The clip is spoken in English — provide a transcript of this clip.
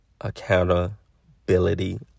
accountability